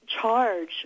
charge